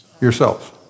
Yourselves